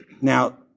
Now